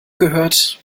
gehört